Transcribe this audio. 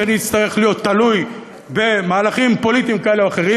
שאני אצטרך להיות תלוי במהלכים פוליטיים כאלה או אחרים,